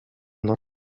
not